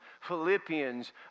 Philippians